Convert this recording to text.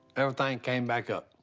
everything came back up.